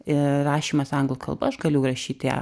ir rašymas anglų kalba aš galiu rašyti